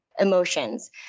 emotions